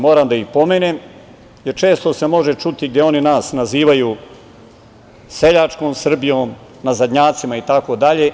Moram da ih pomenem, jer često se može čuti gde oni nas nazivaju seljačkom Srbijom, nazadnjacima itd.